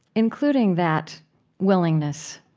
including that willingness,